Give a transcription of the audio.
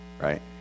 right